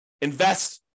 invest